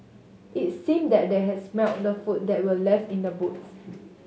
it seemed that they had smelt the food that were left in the boot